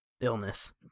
illness